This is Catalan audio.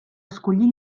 escollir